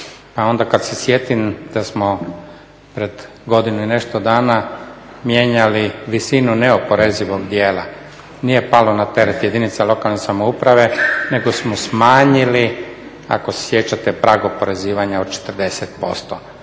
Pa onda kad se sjetim da smo pred godinu i nešto dana mijenjali visinu neoporezivog dijela nije palo na teret jedinica lokalne samouprave, nego smo smanjili ako se sjećate prag oporezivanja od 40%